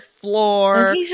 floor